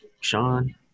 Sean